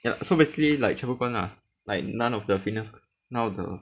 ya so basically like 全部关 lah like none of the fitness none of the